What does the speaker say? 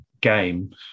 game